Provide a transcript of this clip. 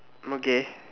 okay